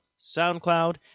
SoundCloud